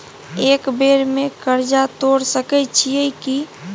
एक बेर में कर्जा तोर सके छियै की?